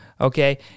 okay